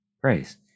praise